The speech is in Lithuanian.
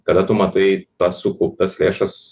kada tu matai tas sukauptas lėšas